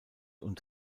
und